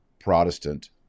Protestant